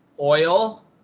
oil